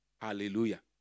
Hallelujah